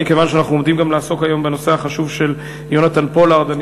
כיוון שאנחנו עומדים גם לעסוק בנושא החשוב של יונתן פולארד,